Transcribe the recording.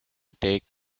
take